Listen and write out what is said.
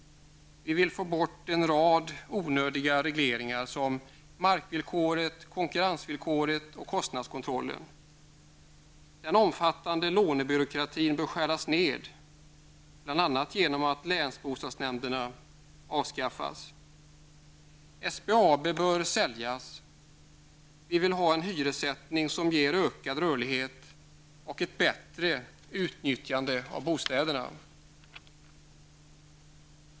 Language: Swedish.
Vi vill ta bort en rad onödiga regler som markvillkor, konkurrensvillkor och kostnadskontroll. Den omfattande lånebyråkratin bör skäras ned bl.a. genom att länsbostadsnämnderna avskaffas. SBAB bör säljas. Vi vill ha en hyressättning som ger ökad rörlighet och ett bättre utnyttjande av bostäderna.